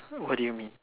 what do you mean